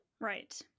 Right